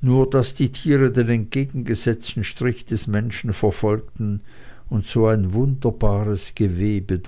nur daß die tiere den entgegengesetzten strich der menschen verfolgten und so ein wunderbares gewebe